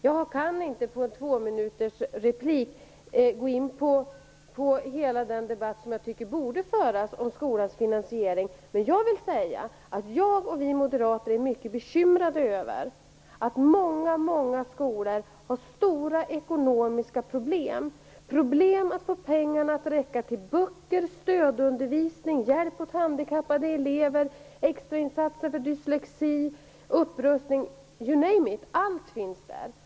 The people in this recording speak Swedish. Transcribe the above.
Jag kan inte under en tvåminutersreplik gå in på hela den debatt som jag tycker borde föras om skolans finansiering, men jag kan säga att jag och vi moderater är mycket bekymrade över att många, många skolor har stora ekonomiska problem, problem med att få pengarna att räcka till böcker, stödundervisning, hjälp till handikappade elever, extrainsatser för dyslektiker, upprustning - allt finns där.